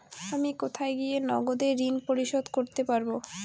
আমি কোথায় গিয়ে নগদে ঋন পরিশোধ করতে পারবো?